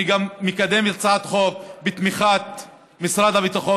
אני גם מקדם הצעת חוק בתמיכת משרד הביטחון